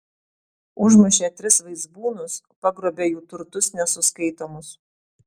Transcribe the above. užmušė tris vaizbūnus pagrobė jų turtus nesuskaitomus